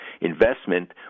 investment